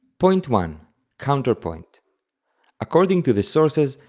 point one counterpoint according to the sources,